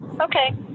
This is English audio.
Okay